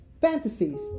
fantasies